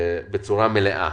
בצורה מלאה.